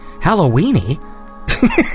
Halloween-y